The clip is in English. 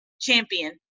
Champion